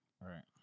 right